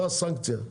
זו הסנקציה.